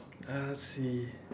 uh let's see